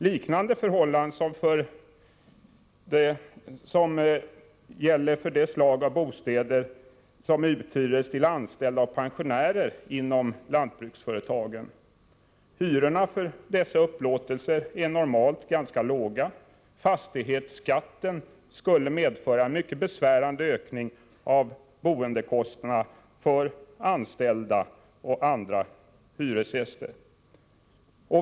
Liknande förhållanden gäller även för de bostäder som hyrs ut till anställda och pensionärer inom lantbruksföretagen. Hyrorna för dessa upplåtelser är normalt ganska låga. Fastighetsskatten skulle medföra en mycket besvärande ökning av boendekostnaderna för anställda och andra hyresgäster.